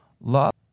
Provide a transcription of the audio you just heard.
Love